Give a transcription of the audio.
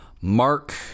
Mark